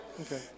Okay